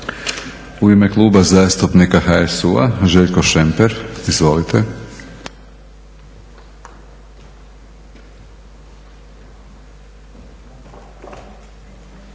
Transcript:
U ime Kluba zastupnika HSU-a, Željko Šemper. Izvolite.